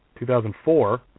2004